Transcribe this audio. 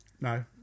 no